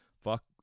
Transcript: fuck